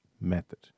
method